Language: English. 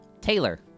Taylor